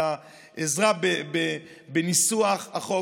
על העזרה בניסוח החוק.